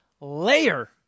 layer